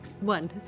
One